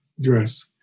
dress